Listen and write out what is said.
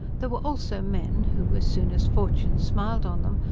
there were also men who, as soon as fortune smiled on them,